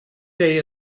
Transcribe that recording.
day